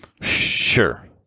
sure